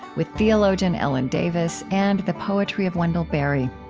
with theologian ellen davis and the poetry of wendell berry.